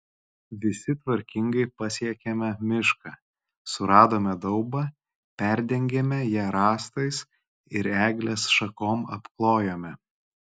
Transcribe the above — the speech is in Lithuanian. visi tvarkingai pasiekėme mišką suradome daubą perdengėme ją rąstais ir eglės šakom apklojome